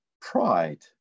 pride